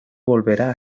volverá